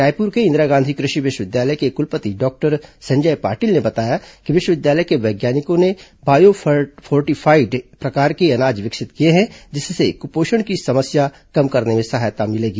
रायपुर के इंदिरा गांधी कृषि विश्वविद्यालय के कुलपति डॉक्टर संजय पाटिल ने बताया कि विश्वविद्यालय के वैज्ञानिकों ने बायोफोर्टिफाइड प्रकार के अनाज विकसित किए हैं जिससे कुपोषण की समस्या कम करने में सहायता मिलेगी